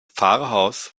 pfarrhaus